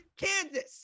kansas